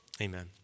Amen